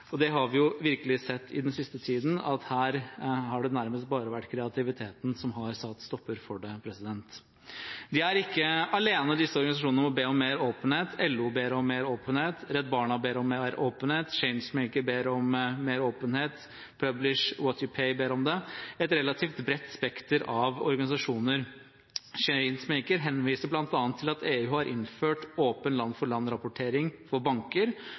Det har vi virkelig sett i den siste tiden, at her har det nærmest bare vært kreativiteten som har satt en stopper for det. De er ikke alene, disse organisasjonene, om å be om mer åpenhet. LO ber om mer åpenhet, Redd Barna ber om mer åpenhet, Changemaker ber om mer åpenhet, Publish What You Pay ber om det ‒ et relativt bredt spekter av organisasjoner. Changemaker henviser bl.a. til at EU har innført åpen land-for-land-rapportering for